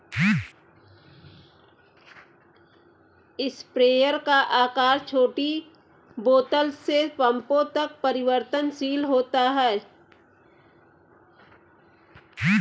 sprayer का आकार छोटी बोतल से पंपों तक परिवर्तनशील होता है